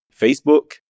Facebook